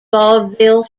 vaudeville